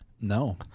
No